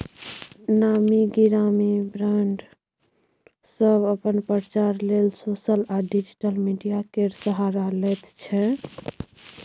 नामी गिरामी ब्राँड सब अपन प्रचार लेल सोशल आ डिजिटल मीडिया केर सहारा लैत छै